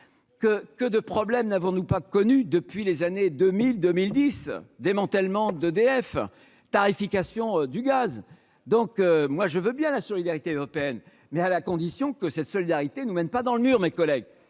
que de problèmes n'avons-nous pas connu depuis les années 2000 2010 démantèlement d'EDF tarification du gaz, donc moi je veux bien la solidarité européenne, mais à la condition que cette solidarité ne mène pas dans le mur, mes collègues,